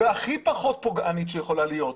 והכי פחות פוגענית שיכולה להיות.